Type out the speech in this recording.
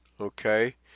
Okay